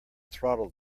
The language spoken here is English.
throttle